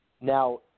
Now